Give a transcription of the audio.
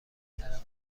طرف